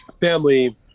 family